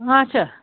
اَچھا